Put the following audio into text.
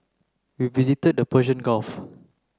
we visited the Persian Gulf